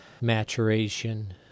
maturation